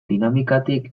dinamikatik